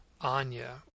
Anya